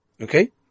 Okay